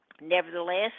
nevertheless